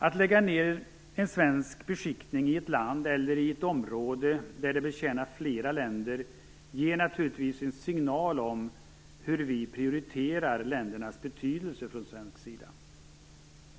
Att lägga ned en svensk beskickning i ett land, eller i ett område där den betjänar flera länder, ger naturligtvis en signal om hur vi prioriterar ländernas betydelse från svensk sida.